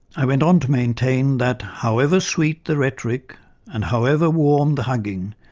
i went on to maintain that however sweet the rhetoric and however warm the hugging,